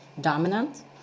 dominant